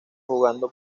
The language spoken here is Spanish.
jugando